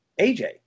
AJ